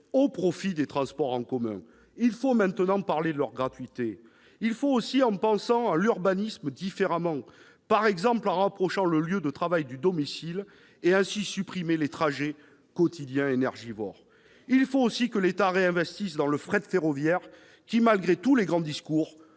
au profit des transports en commun. Il faut maintenant parler de leur gratuité. Il faut aussi penser à l'urbanisme différemment, par exemple, en rapprochant le lieu de travail du domicile et supprimer ainsi les trajets quotidiens énergivores. Il faut enfin que l'État réinvestisse dans le fret ferroviaire, qui, malgré tous les grands discours,